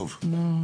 לא עכשיו.